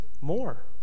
more